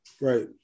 right